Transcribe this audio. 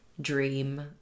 dream